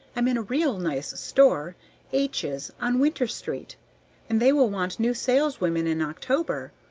i'm in a real nice store h s, on winter street and they will want new saleswomen in october.